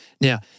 Now